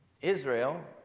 Israel